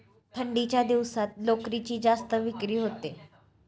थंडीच्या दिवसात लोकरीची जास्त विक्री होते